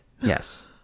Yes